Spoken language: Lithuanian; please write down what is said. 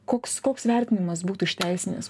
koks koks vertinimas būtų išteisinęs